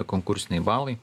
konkursiniai balai